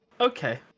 Okay